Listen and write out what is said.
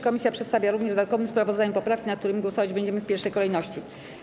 Komisja przedstawia również w dodatkowym sprawozdaniu poprawki, nad którymi głosować będziemy w pierwszej kolejności.